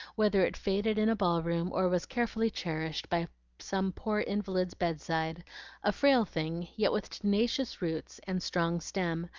whether it faded in a ball-room, or was carefully cherished by some poor invalid's bed-side a frail thing, yet with tenacious roots and strong stem,